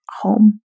home